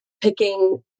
picking